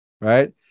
Right